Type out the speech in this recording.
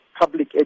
public